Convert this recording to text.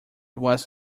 was